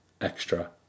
extra